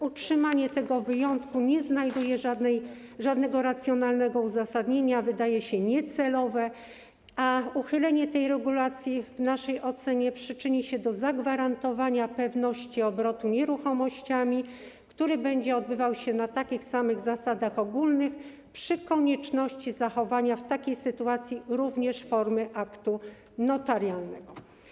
Utrzymanie tego wyjątku nie znajduje żadnego racjonalnego uzasadnienia, wydaje się niecelowe, a uchylenie tej regulacji w naszej ocenie przyczyni się do zagwarantowania pewności obrotu nieruchomościami, który będzie odbywał się na takich samych zasadach ogólnych, przy konieczności zachowania w takiej sytuacji również formy aktu notarialnego.